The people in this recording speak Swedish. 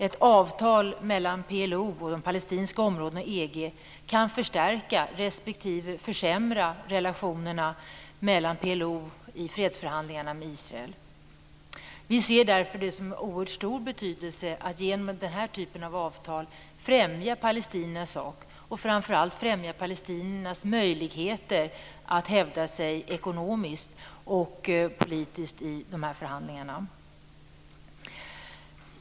Ett avtal mellan PLO, de palestinska områdena och EG kan förstärka respektive försämra relationerna mellan PLO och Israel i fredsförhandlingarna. Vi ser det därför som oerhört betydelsefullt att genom den här typen av avtal främja palestiniernas sak och framför allt främja palestiniernas möjligheter att hävda sig ekonomiskt och politiskt i de här förhandlingarna.